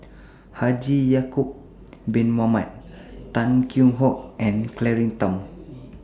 Haji Ya'Acob Bin Mohamed Tan Kheam Hock and Claire Tham